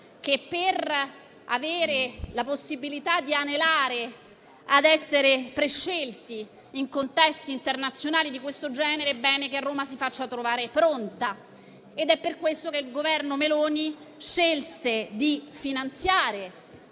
che, per avere la possibilità di anelare a essere prescelti in contesti internazionali di tal genere, è bene che Roma si faccia trovare pronta. È per questo che il Governo Meloni scelse di finanziare,